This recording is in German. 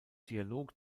dialog